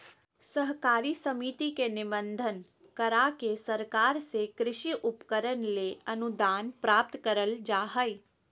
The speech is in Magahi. सहकारी समिति के निबंधन, करा के सरकार से कृषि उपकरण ले अनुदान प्राप्त करल जा हई